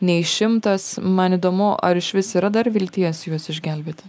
nei šimtas man įdomu ar išvis yra dar vilties juos išgelbėti